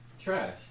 Trash